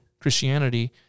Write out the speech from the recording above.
Christianity